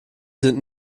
sind